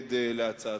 אתנגד להצעתו.